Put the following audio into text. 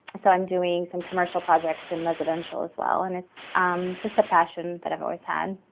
so i'm doing some commercial projects in residential as well and it's just a passion that i've always had.